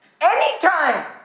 anytime